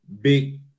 big